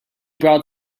brought